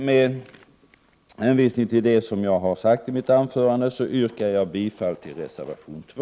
Med hänvisning till det jag har sagt i mitt anförande yrkar jag bifall till reservation 2.